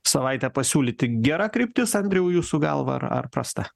savaitę pasiūlyti gera kryptis andriau jūsų galva ar ar prasta